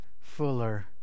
fuller